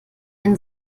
ein